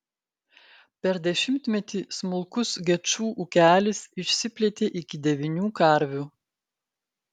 per dešimtmetį smulkus gečų ūkelis išsiplėtė iki devynių karvių